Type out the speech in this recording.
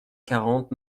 quarante